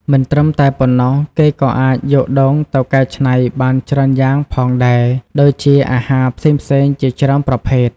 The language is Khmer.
មិនត្រឹមតែប៉ុណ្ណោះ គេក៏អាចយកដូងទៅកែច្នៃបានច្រើនយ៉ាងផងដែរ ដូចជាអាហារផ្សេងៗជាច្រើនប្រភេទ។